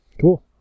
cool